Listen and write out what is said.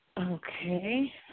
Okay